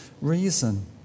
reason